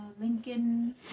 Lincoln